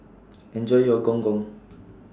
Enjoy your Gong Gong